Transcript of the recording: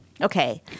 Okay